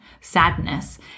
sadness